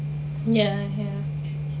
ya